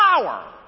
Power